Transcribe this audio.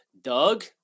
Doug